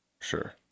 sure